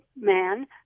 man